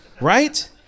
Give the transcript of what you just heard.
Right